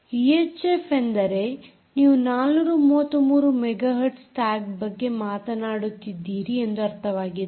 UHF ಎಂದರೆ ನೀವು 433 megahertz tag ಬಗ್ಗೆ ಮಾತನಾಡುತ್ತಿದ್ದೀರಿ ಎಂದು ಅರ್ಥವಾಗಿದೆ